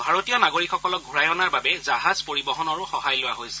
ভাৰতীয় নাগৰিকসকলক ঘূৰাই অনাৰ বাবে জাহাজ পৰিবহণৰো সহায় লোৱা হৈছিল